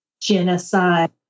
genocide